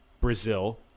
brazil